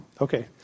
Okay